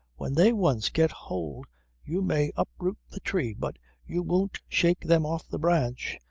when they once get hold you may uproot the tree but you won't shake them off the branch.